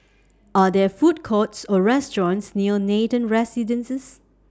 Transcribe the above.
Are There Food Courts Or restaurants near Nathan Residences